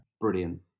Brilliant